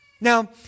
Now